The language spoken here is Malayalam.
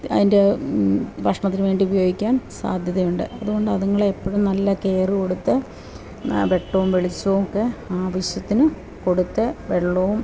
അതിൻ്റെ ഭക്ഷണത്തിനു വേണ്ടി ഉപയോഗിക്കാൻ സാദ്ധ്യതയുണ്ട് അതുകൊണ്ട് അതുങ്ങളെ എപ്പോഴും നല്ല കെയർ കൊടുത്ത് വെട്ടവും വെളിച്ചവുമൊക്കെ ആവശ്യത്തിനു കൊടുത്തു വെള്ളവും